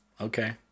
Okay